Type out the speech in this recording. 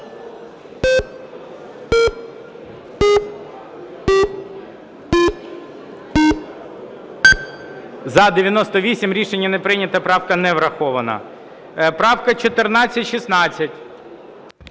За-98 Рішення не прийнято. Правка не врахована. Правка 1416.